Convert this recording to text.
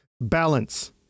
Balance